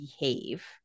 behave